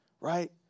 Right